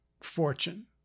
fortune